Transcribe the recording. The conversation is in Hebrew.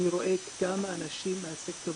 אני רואה גם אנשים מהסקטור